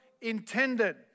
intended